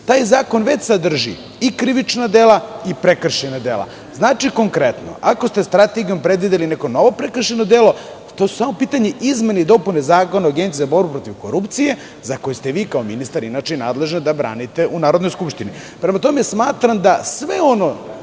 Taj zakon već sadrži i krivična dela i prekršajna dela. Znači konkretno, ako ste strategijom predvideli neko novo prekršajno delo, to su samo u pitanju izmene i dopune zakona o Agenciji za borbu protiv korupcije, za koju ste vi kao ministar inače i nadležan da branite u Narodnoj skupštini. Prema tome, smatram da sve ono